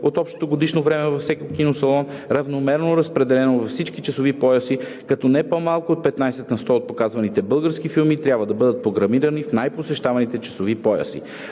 от общото годишно време във всеки киносалон, равномерно разпределено във всички часови пояси, като не по-малко от 15 на сто от показваните български филми трябва да бъдат програмирани в най-посещаваните часови пояси.